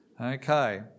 Okay